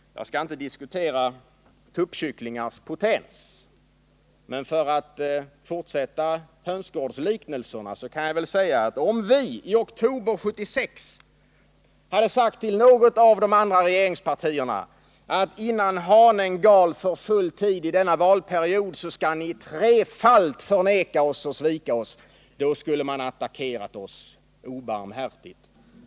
Jag skall inte diskutera tuppkycklingars potens. Men för att fortsätta hönsgårdsliknelserna kan jag säga att om vi i oktober 1976 hade sagt till något av de andra regeringspartierna att innan hanen gal för full tid i denna valperiod skall ni trefalt ha förnekat och svikit oss, då skulle man ha attackerat oss obarmhärtigt.